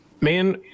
Man